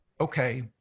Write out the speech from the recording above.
okay